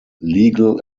legal